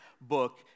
book